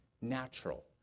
natural